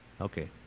Okay